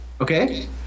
Okay